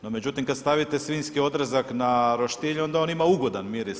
No, međutim, kad stavite svinjski odrezak na roštilj, onda on ima ugodan miris.